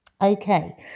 Okay